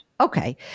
Okay